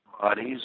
bodies